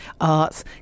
arts